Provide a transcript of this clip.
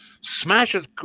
smashes